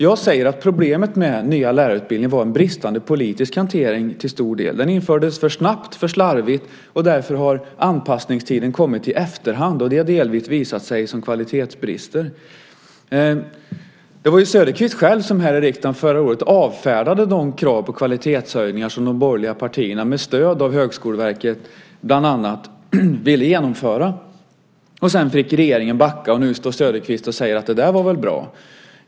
Jag säger att problemet med den nya lärarutbildningen till stor del var bristande politisk hantering. Den infördes för snabbt, för slarvigt, och därför har anpassningstiden kommit till i efterhand. Det har delvis visat sig som kvalitetsbrister. Det var Nils-Erik Söderqvist själv som här i riksdagen förra året avfärdade de krav på kvalitetshöjningar som de borgerliga partierna med stöd av Högskoleverket bland annat ville genomföra. Sedan fick regeringen backa, och nu står Söderqvist här och säger att det där var väl bra.